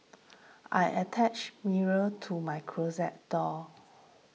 I attached mirror to my closet door